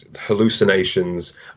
hallucinations